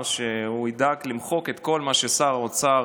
שהוא ידאג למחוק את כל מה ששר האוצר